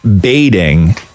baiting